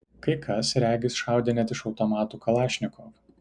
kai kas regis šaudė net iš automatų kalašnikov